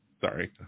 Sorry